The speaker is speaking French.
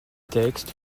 textes